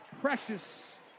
Precious